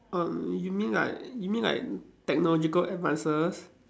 um you mean like you mean like technological advances